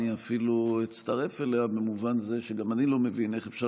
אני אפילו אצטרף אליה במובן זה שגם אני לא מבין איך אפשר